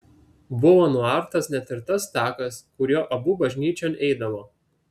buvo nuartas net ir tas takas kuriuo abu bažnyčion eidavo